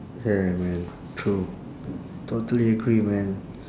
ya man true totally agree man